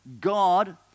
God